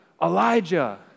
Elijah